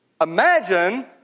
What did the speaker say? Imagine